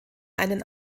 einen